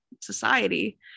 society